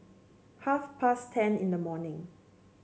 half past ten in the morning